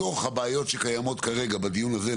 מתוך הבעיות שקיימות כרגע בדיון הזה,